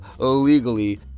illegally